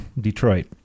Detroit